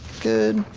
good,